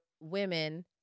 women